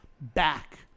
back